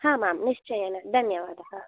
आम् आम् निश्चयेन धन्यवादः